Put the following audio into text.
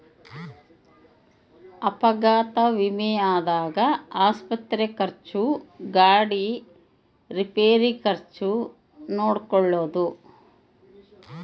ಅಪಘಾತ ವಿಮೆದಾಗ ಆಸ್ಪತ್ರೆ ಖರ್ಚು ಗಾಡಿ ರಿಪೇರಿ ಖರ್ಚು ನೋಡ್ಕೊಳೊದು